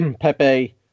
Pepe